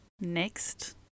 Next